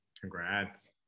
congrats